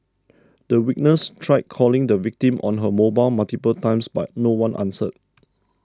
the witness tried calling the victim on her mobile multiple times but no one answered